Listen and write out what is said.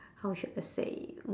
how should I say it